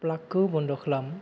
प्लागखौ बन्द' खालाम